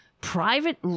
private